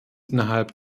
innerhalb